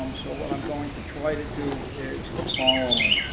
um so what i'm going to try to do is the following.